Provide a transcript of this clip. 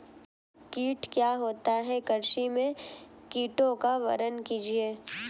कीट क्या होता है कृषि में कीटों का वर्णन कीजिए?